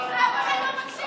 אף אחד לא מקשיב לך.